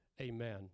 Amen